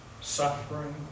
suffering